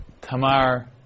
Tamar